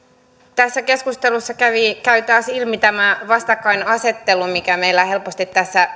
tässä keskustelussa käy taas ilmi tämä vastakkainasettelu mihin me helposti tässä